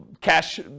cash